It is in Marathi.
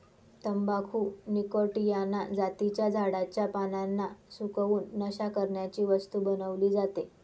तंबाखू निकॉटीयाना जातीच्या झाडाच्या पानांना सुकवून, नशा करण्याची वस्तू बनवली जाते